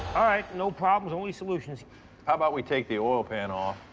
all right, no problems, only solutions. how about we take the oil pan off,